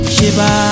Shiba